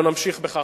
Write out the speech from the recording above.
לא נמשיך בכך,